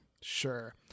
sure